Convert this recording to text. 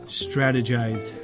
strategize